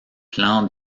plan